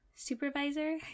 supervisor